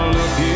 look